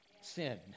sin